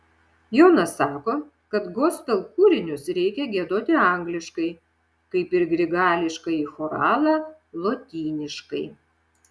jonas sako kad gospel kūrinius reikia giedoti angliškai kaip ir grigališkąjį choralą lotyniškai